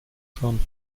fahren